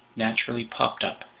naturally popped up,